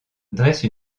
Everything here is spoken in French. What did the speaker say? dresse